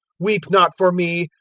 weep not for me,